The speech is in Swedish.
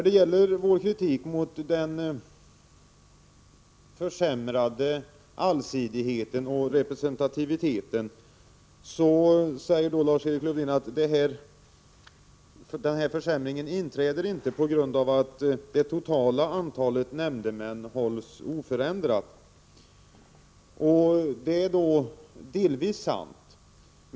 Beträffande vår kritik mot den försämrade allsidigheten och representativiteten säger Lars-Erik Lövdén att denna försämring inte inträder eftersom det totala antalet nämndemän hålls oförändrat. Det är delvis sant.